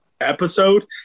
episode